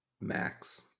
Max